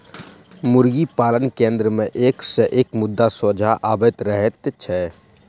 मुर्गी पालन केन्द्र मे एक सॅ एक मुद्दा सोझा अबैत रहैत छै